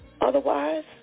Otherwise